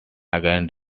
again